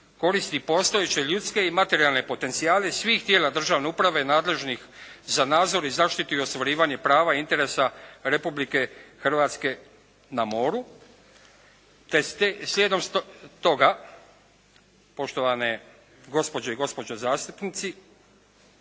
koristi postojeće ljudske i materijalne potencijale svih tijela državne uprave nadležnih za nadzor i zaštitu i ostvarivanje prava i interesa Republike Hrvatske na moru te slijedom toga poštovane gospođe i gospodo zastupnici,